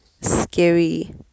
scary